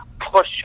push